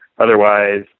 Otherwise